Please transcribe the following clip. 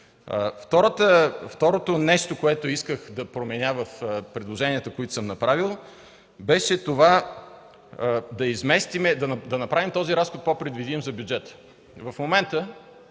Второто нещо, което исках да променя в предложенията, които съм направил, беше това да направим този разход по-предвидим за бюджета.